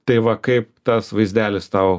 tai va kaip tas vaizdelis tau